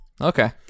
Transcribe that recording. Okay